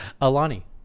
Alani